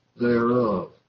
thereof